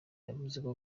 yavuze